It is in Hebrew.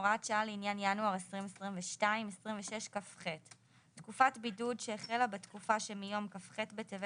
הוראת שעה לעניין ינואר 2022 26כח. תקופת בידוד שהחלה בתקופה שמיום כ"ח בטבת